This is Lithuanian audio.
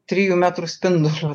trijų metrų spinduliu